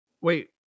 Wait